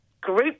Group